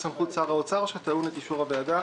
האוצר שטעון את אישור הוועדה.